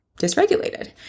dysregulated